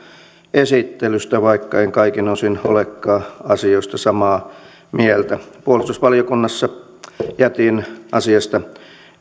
esittelystä vaikka en kaikin osin olekaan asioista samaa meiltä puolustusvaliokunnassa jätin asiasta